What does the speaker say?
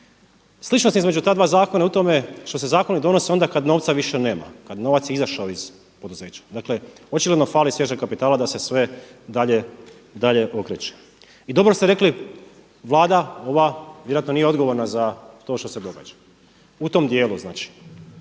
Sličnost između ta dva zakona je u tome što se zakoni donose onda kada novca više nema, kada je novac izašao iz poduzeća. Dakle, očito nam fali svježeg kapitala da se sve dalje okreće. I dobro ste rekli Vlada ova vjerojatno nije odgovorna za to što se događa u tom dijelu znači.